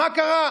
מה קרה?